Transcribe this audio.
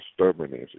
stubbornness